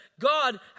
God